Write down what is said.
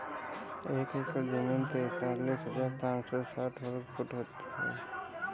एक एकड़ जमीन तैंतालीस हजार पांच सौ साठ वर्ग फुट होती है